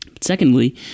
Secondly